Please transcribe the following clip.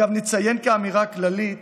אגב, נציין כאמירה הכללית